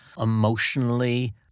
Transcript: emotionally